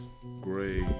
gray